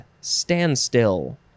standstill